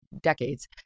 decades